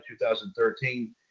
2013